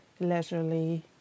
leisurely